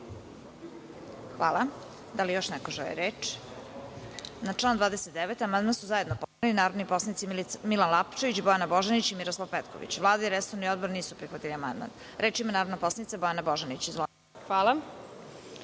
Hvala. Da li neko želi reč? (Ne.)Na član 29. amandman su zajedno podneli narodni poslanici Milan Lapčević, Bojana Božanić i Miroslav Petković. Vlada i resorni odbor nisu prihvatili amandman. Reč ima narodna poslanica Bojana Božanić.